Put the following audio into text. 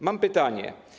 Mam pytania.